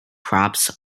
crops